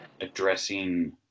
addressing